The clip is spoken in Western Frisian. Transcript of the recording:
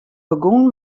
begûn